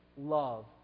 love